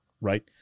right